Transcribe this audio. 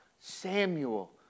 Samuel